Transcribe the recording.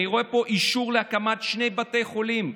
אני רואה פה אישור להקמת שני בתי חולים,